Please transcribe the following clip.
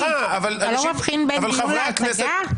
אתה לא מבחין בין דיון לבין הצגה?